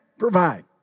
Provide